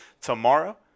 tomorrow